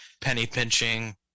penny-pinching